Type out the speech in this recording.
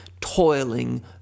toiling